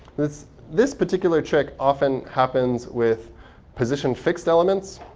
this this particular trick often happens with position fixed elements.